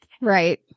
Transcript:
Right